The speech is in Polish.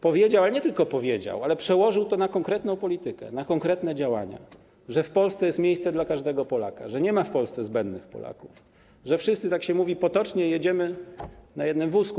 Powiedział, ale nie tylko powiedział, ale przełożył to na konkretną politykę, na konkretne działania, że w Polsce jest miejsce dla każdego Polaka, że nie ma w Polsce zbędnych Polaków, że wszyscy, tak się mówi potocznie, jedziemy na jednym wózku.